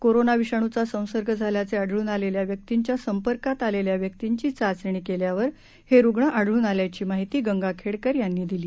corona विषाणूचा संसर्ग झाल्याचे आढळून आलेल्या व्यक्तींच्या संपर्कात आलेल्या व्यक्तींची चाचणी केल्यावर हे रुग्ण आढळून आल्याची माहिती गंगाखेड़कर यांनी दिली